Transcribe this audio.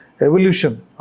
Evolution